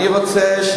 אני רוצה,